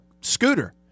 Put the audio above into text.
scooter